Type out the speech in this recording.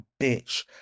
bitch